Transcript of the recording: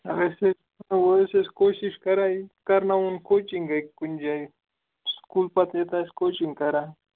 اہن حظ ٹھیٖک وۄنۍ ٲسۍ أسۍ کوٗشش کَران یہِ کَرناوٕنۍ کوچِنگٕے کُنہِ جایہِ سکوٗل پَتہٕ یِتھ آسہِ کوچِنگ کَران